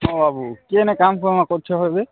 ହଁ ବାବୁ କିଏ ନା କାମ୍ କରୁଛ ଏବେ